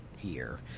year